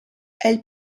elle